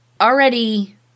already